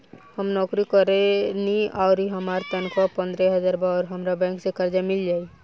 हम नौकरी करेनी आउर हमार तनख़ाह पंद्रह हज़ार बा और हमरा बैंक से कर्जा मिल जायी?